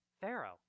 Pharaoh